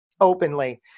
openly